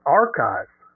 archives